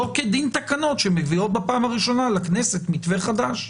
לא כדין תקנות שמביאות בפעם הראשונה לכנסת מתווה חדש,